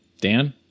Dan